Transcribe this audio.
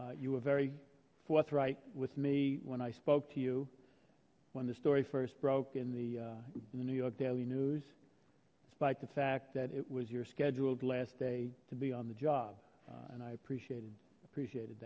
us you were very forthright with me when i spoke to you when the story first broke in the new york daily news despite the fact that it was your scheduled last day to be on the job and i appreciated appreciated